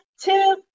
two